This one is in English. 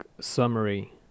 summary